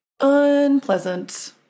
unpleasant